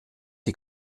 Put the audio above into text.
die